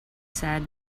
said